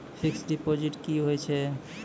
Fixed deposit की होय छै?